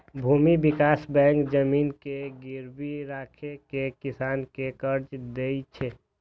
भूमि विकास बैंक जमीन के गिरवी राखि कें किसान कें कर्ज दै छै